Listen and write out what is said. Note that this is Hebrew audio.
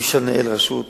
אי-אפשר לנהל רשות